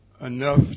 enough